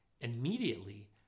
Immediately